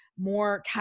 more